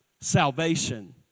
salvation